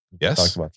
Yes